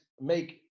make